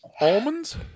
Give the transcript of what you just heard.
Almonds